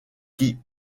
qui